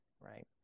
Right